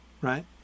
right